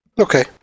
Okay